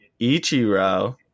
Ichiro